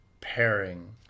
pairing